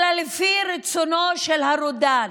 אלא לפי רצונו של הרודן,